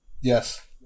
Yes